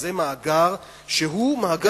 זה מאגר שהוא מאגר של משרד הפנים,